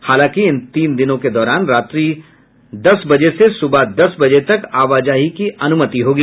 हालांकि इन तीन दिनों के दौरान रात्रि दस बजे से सुबह दस बजे तक आवाजाही की अनुमति होगी